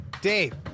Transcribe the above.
Dave